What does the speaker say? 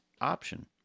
option